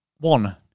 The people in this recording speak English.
One